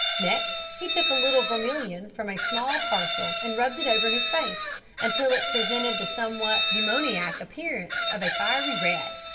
next, he took a little vermilion from a small parcel and rubbed it over his face until it presented the somewhat demoniac appearance of a fiery red.